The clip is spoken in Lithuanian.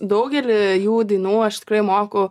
daugelį jų dainų aš tikrai moku